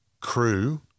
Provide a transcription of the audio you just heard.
crew